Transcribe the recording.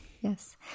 Yes